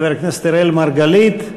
חבר הכנסת אראל מרגלית.